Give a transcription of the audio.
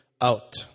out